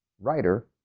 Writer